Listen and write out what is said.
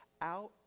out